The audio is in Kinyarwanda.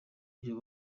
iyo